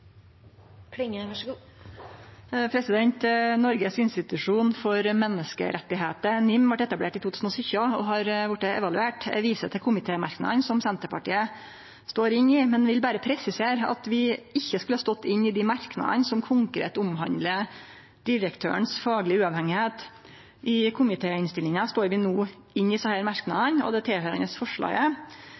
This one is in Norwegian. Noregs institusjon for menneskerettar, NIM, vart etablert i 2017 og har vorte evaluert. Eg viser til komitémerknadene som Senterpartiet står inne i, men vil berre presisere at vi ikkje skulle ha stått inne i dei merknadene som konkret omhandlar direktørens faglege uavhengigheit. I komitéinnstillinga står vi no inne i desse merknadene og det forslaget som høyrer til, men vi skal ikkje stemme for dette forslaget,